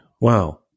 Wow